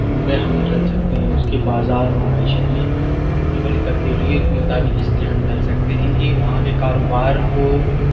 میں ہم ڈھل سکتے ہیں اس کے بازار و معیشت میں ہونے والی تبدیلیوں کے مطابق اس طرح ہم ڈھل سکتے ہیں کہ وہاں کے کاروبار کو